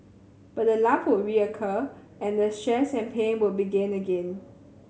but the lump would reoccur and the stress and pain would begin again